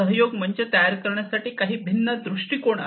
सहयोग मंच तयार करण्यासाठी काही भिन्न दृष्टीकोन आहेत